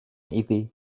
iddi